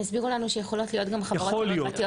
הסבירו לנו שיכולות להיות גם חברות פרטיות ---.